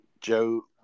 joe